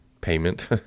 payment